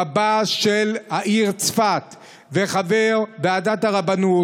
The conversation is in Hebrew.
רבה של העיר צפת וחבר ועדת הרבנות,